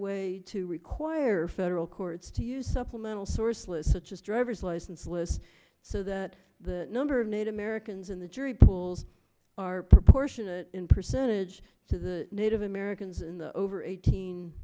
way to require federal courts to use supplemental sourceless such as driver's license lists so that the number of native americans in the jury pools are proportional in percentage to the native americans in the over eighteen